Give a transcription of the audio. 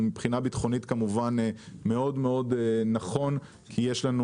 מבחינה ביטחונית זה מאוד נכון כי יש לנו